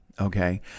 okay